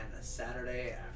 Saturday